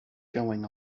going